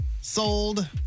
sold